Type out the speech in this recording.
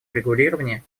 урегулировании